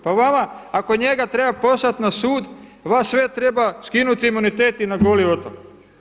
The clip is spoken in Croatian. Pa ako njega treba poslati na sud vas sve treba skinuti imuniteti i na Goli otok.